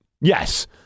yes